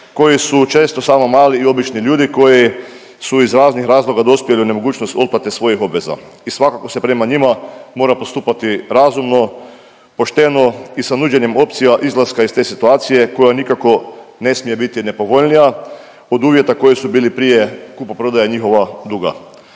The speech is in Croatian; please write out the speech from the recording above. koji su često samo mali i obični ljudi koji su iz raznih razloga dospjeli u nemogućnost otplate svojih obveza i svakako se prema njima mora postupati razumno, pošteno i sa nuđenjem opcija izlaska iz te situacije koja nikako ne smije biti nepovoljnija od uvjeta koji su bili prije kupoprodaje njihovog duga.